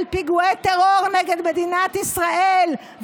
על פיגועי טרור נגד מדינת ישראל.